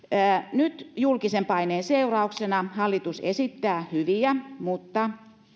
nyt julkisen paineen seurauksena hallitus esittää hyviä mutta